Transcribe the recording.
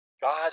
God